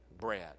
bread